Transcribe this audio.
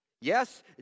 Yes